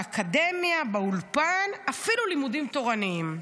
באקדמיה, באולפן, אפילו לימודים תורניים.